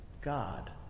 God